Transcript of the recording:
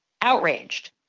outraged